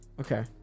Okay